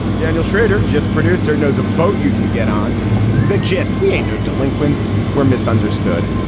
daniel schrader, just producer, knows a boat. you can get on the gist. we ain't no delinquents. we're misunderstood.